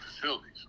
facilities